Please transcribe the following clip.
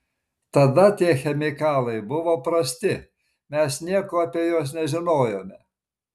tada tie chemikalai buvo prasti mes nieko apie juos nežinojome